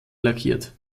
lackiert